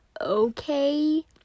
okay